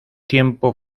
tiempo